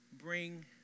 bring